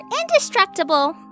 indestructible